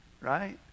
right